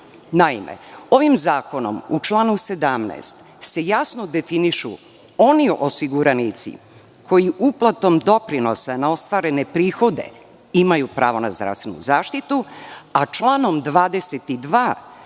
ovim zakonom u članu 17. se jasno definišu oni osiguranici koji uplatom doprinosa na ostvarene prihode imaju pravo na zdravstvenu zaštitu, a članom 22.